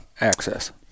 access